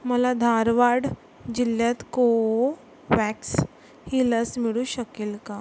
मला धारवाड जिल्ह्यात कोवॅक्स ही लस मिळू शकेल का